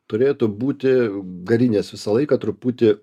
turėtų būti garinės visą laiką truputį